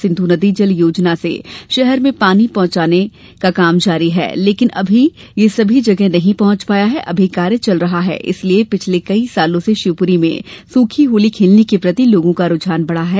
सिंध् नदी जल योजना से शहर में नदी का पानी पहुंचने लगा है लेकिन अभी यह सभी जगह नहीं पहुंच पाया है अभी कार्य चल रहा है इसलिए पिछले कई वर्षों से शिवपुरी में सूखी होली खेलने के प्रति लोगों का रुझान बड़ा है